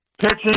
pitching